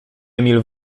emil